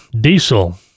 diesel